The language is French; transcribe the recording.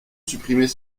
supprimait